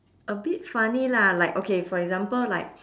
a bit funny lah like okay for example like